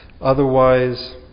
Otherwise